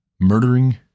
murdering